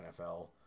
NFL